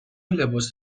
لباس